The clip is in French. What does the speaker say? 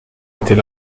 était